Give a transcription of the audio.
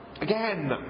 Again